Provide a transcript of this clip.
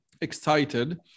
excited